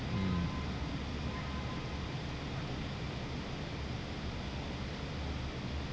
mm